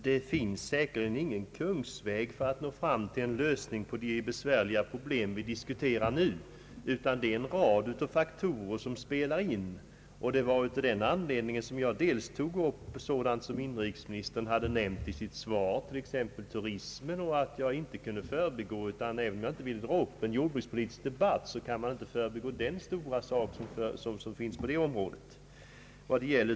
Herr talman! Det finns ingen kungsväg för att nå fram till en lösning på de besvärliga problem vi nu diskuterar. En rad faktorer spelar in, och det var delvis av den anledningen som jag tog upp sådant som inrikesministern hade nämnt i sitt svar, t.ex. turismen. Även om jag inte vill dra upp en jordbrukspolitisk debatt kunde jag inte förbigå detta stora område.